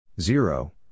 zero